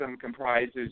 comprises